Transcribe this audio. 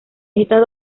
estas